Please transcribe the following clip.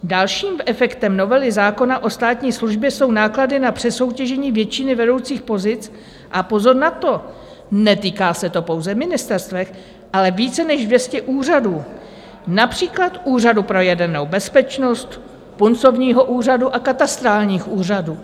Dalším efektem novely zákona o státní službě jsou náklady na přesoutěžení většiny vedoucích pozic a pozor na to, netýká se to pouze ministerstev, ale více než 200 úřadů, například Úřadu pro jadernou bezpečnost, Puncovního úřadu a katastrálních úřadů.